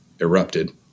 erupted